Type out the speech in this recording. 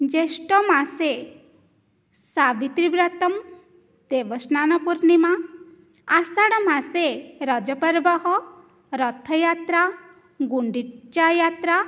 ज्येष्ठमासे सावित्रीव्रतं देवस्नानपूर्णिमा आषाढमासे राजपर्व रथयात्रा गुण्डिच्चायात्रा